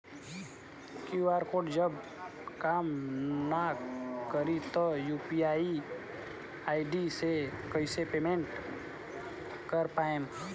QR code जब काम ना करी त यू.पी.आई आई.डी से कइसे पेमेंट कर पाएम?